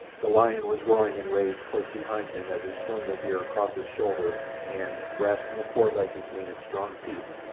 the lion was roaring in rage close behind him as he swung the deer across his shoulder, and grasping a foreleg between his strong teeth,